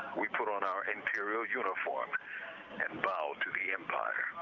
we put on our imperial uniforms and bow to the empire.